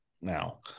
now